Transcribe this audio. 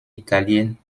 italiennes